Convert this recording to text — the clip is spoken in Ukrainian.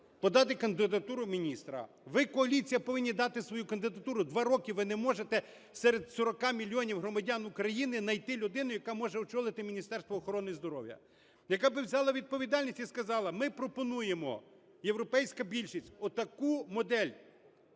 подати кандидатуру міністра. Ви, коаліція, повинні дати свою кандидатуру. Два роки ви не можете серед 40 мільйонів громадян України знайти людину, яка зможе очолити Міністерство охорони здоров'я, яка би взяла відповідальність і сказала: ми пропонуємо, європейська більшість, отаку модель